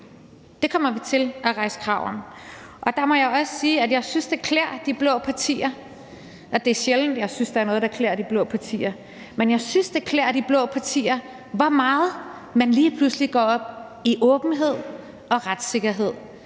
Det kommer vi til at rejse krav om. Der må jeg også sige, at jeg synes, at det klæder de blå partier – og det er sjældent, at jeg synes, at der er noget, der klæder de blå partier – hvor meget man lige pludselig går op i åbenhed og retssikkerhed.